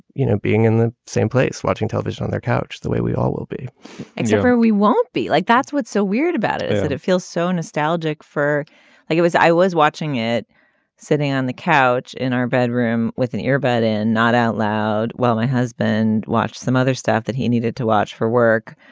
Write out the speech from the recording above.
you know, being in the same place, watching television on their couch, the way we all will be over, yeah we won't be like, that's what's so weird about it, is that it feels so nostalgic for like it was i was watching it sitting on the couch in our bedroom with an earbud in not out loud while my husband watched some other stuff that he needed to watch for work.